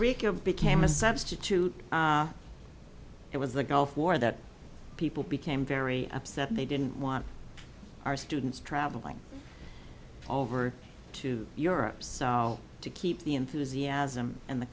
derica became a substitute it was the gulf war that people became very upset they didn't want our students travelling all over to europe so to keep the enthusiasm and the